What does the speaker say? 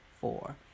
four